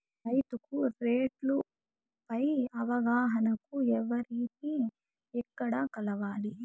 రైతుకు రేట్లు పై అవగాహనకు ఎవర్ని ఎక్కడ కలవాలి?